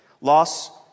Loss